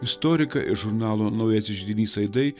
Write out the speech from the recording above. istoriką ir žurnalo naujasis židinys aidai